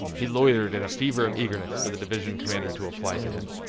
he loitered in a fever of eagerness for the division commander to apply to him.